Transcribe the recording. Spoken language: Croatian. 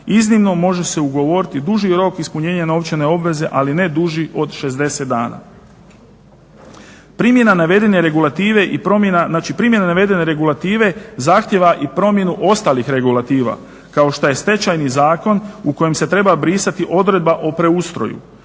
Iznimno, može se ugovoriti duži rok ispunjenja novčane obveze, ali ne duži od 60 dana. Primjena navedene regulative i promjena, znači primjena navedene regulative zahtjeva i promjenu ostalih regulativa, kao šta je Stečajni zakon, u kojem se treba brisati odredba o preustroju.